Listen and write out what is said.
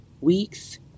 weeks